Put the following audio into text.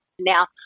Now